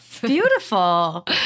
beautiful